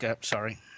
sorry